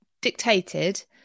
dictated